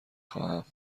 خواهم